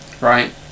Right